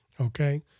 okay